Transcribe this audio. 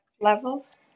levels